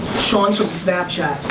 sean's from snapchat.